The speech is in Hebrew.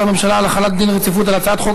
הממשלה על רצונה להחיל דין רציפות על הצעת חוק